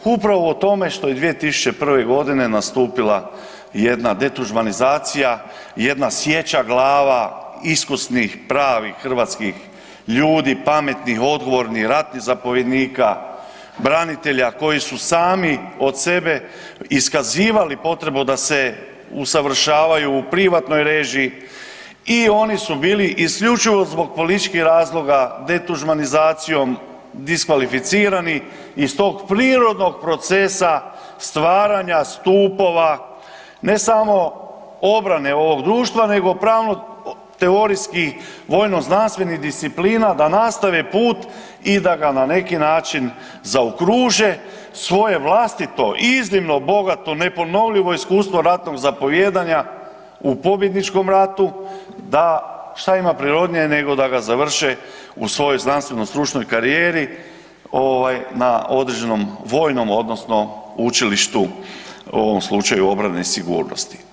Upravo u tome što je 2001. godine nastupila jedna detuđmanizacija, jedna sjeća glava iskusnih pravih hrvatskih ljudi, pametnih, odgovornih ratnih zapovjednika, branitelja koji su sami od sebe iskazivali potrebu da se usavršavaju u privatnoj režiji i oni su bili isključivo zbog političkih razloga detuđmanizacijom diskvalificirani iz tog prirodnog procesa stvaranja stupova ne samo obrane ovog društva nego pravno teorijski vojno znanstvenih disciplina da nastave put i da ga na neki način zaokruže svoje vlastito iznimno bogato neponovljivo iskustvo ratnog zapovijedanja u pobjedničkom radu da šta ima prirodnije nego da ga završe u svojoj znanstveno stručnoj karijeri ovaj na određenom vojnom odnosno učilištu u ovom slučaju obrane i sigurnosti.